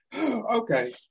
Okay